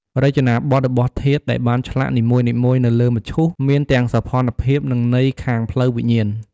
រចនាបទរបស់ធាតុដែលបានឆ្លាក់នីមួយៗនៅលើមឈូស មានទាំងសោភ័ណភាព និង ន័យខាងផ្លូវវិញ្ញាណ។